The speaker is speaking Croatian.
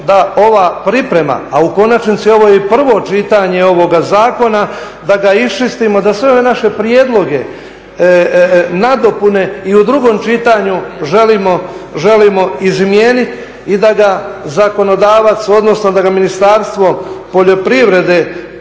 da ova priprema, a u konačnici ovo je i prvo čitanje ovoga zakona, da ga iščistimo, da sve ove naše prijedloge, nadopune i u drugom čitanju želimo izmijenit i da ga zakonodavac odnosno da ga Ministarstvo poljoprivrede